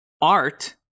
Art